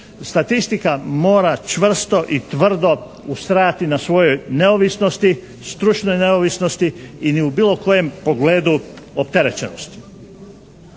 Statistika mora čvrsto i tvrdo ustrajati na svojoj neovisnosti, stručnoj neovisnosti i ni u bilo kojem pogledu opterećenosti.